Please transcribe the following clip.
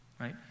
Right